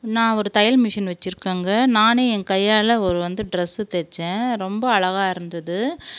நான் ஒரு தையல் மிஷின் வைச்சுருக்கேங்க நானே என் கையால் ஒரு வந்து ட்ரெஸ்ஸு தைச்சேன் ரொம்ப அழகா இருந்தது